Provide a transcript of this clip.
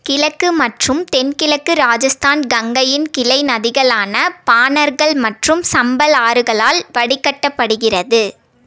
கிழக்கு மற்றும் தென்கிழக்கு ராஜஸ்தான் கங்கையின் கிளை நதிகளான பாணர்கள் மற்றும் சம்பல் ஆறுகளால் வடிகட்டப்படுகிறது